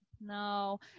No